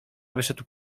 wyszedł